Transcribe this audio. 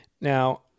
Now